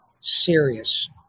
serious